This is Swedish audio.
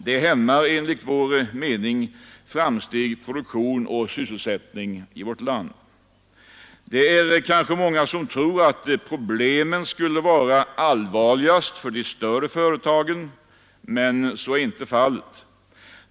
Det hämmar enligt vår mening framsteg, produktion och sysselsättning i vårt land. Många kanske tror att problemen skulle vara allvarligast för de största företagen, men så är inte fallet.